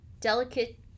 delicate